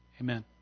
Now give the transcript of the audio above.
Amen